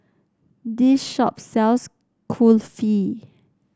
this shop sells Kulfi